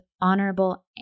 honorable